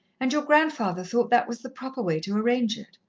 and your grandfather thought that was the proper way to arrange it.